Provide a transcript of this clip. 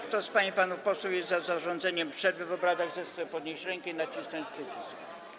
Kto z pań i panów posłów jest za zarządzeniem przerwy w obradach, zechce podnieść rękę i nacisnąć przycisk.